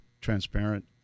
transparent